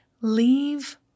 Leave